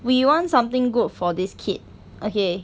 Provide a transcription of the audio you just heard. we want something good for this kid okay